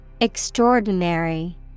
Extraordinary